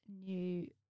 new